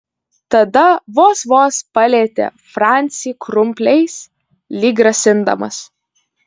tada vos vos palietė francį krumpliais lyg grasindamas